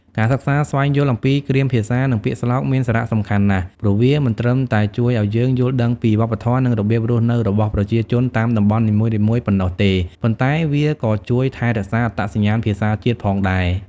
ការសិក្សាស្វែងយល់អំពីគ្រាមភាសា និងពាក្យស្លោកមានសារៈសំខាន់ណាស់ ព្រោះវាមិនត្រឹមតែជួយឲ្យយើងយល់ដឹងពីវប្បធម៌ និងរបៀបរស់នៅរបស់ប្រជាជនតាមតំបន់នីមួយៗប៉ុណ្ណោះទេ ប៉ុន្តែវាក៏ជួយថែរក្សាអត្តសញ្ញាណភាសាជាតិផងដែរ។